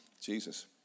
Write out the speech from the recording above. Jesus